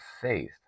faith